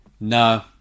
no